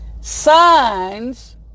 signs